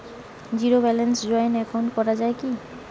Zero ব্যালেন্সে joint account করা য়ায় কি?